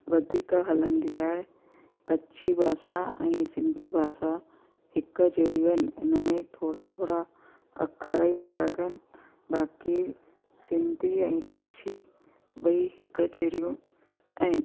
वधीक हलंदी आहे कच्छी भाषा ऐं सिंधी भाषा हिकु जहिड़ियूं आहिनि इनमें थोरा थोरा अख़र ई अलॻि आहिनि बाक़ी सिंधी ऐं कच्छी ॿई हिकु जहिड़ियूं आहिनि